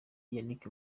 yannick